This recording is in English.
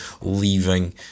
leaving